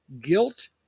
guilt